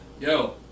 Yo